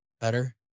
Better